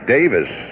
Davis